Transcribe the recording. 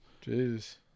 Jesus